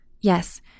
Yes